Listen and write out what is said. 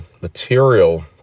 material